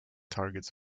targets